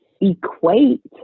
equate